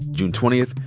june twentieth,